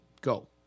go